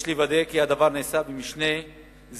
יש לוודא כי הדבר נעשה במשנה זהירות,